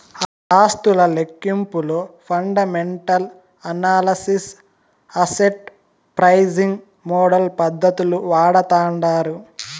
ఆస్తుల లెక్కింపులో fundamental analysis, asset pricing model పద్దతులు వాడతాండారు